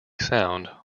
sound